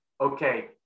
okay